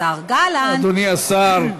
השר גלנט, אדוני השר,